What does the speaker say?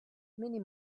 minnie